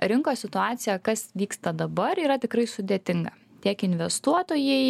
rinkos situacija kas vyksta dabar yra tikrai sudėtinga tiek investuotojai